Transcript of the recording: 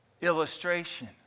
illustration